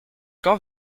quand